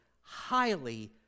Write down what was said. highly